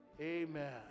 amen